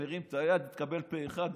מרים את היד, התקבל פה אחד.